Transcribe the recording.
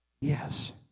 yes